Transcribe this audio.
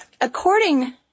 according